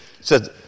says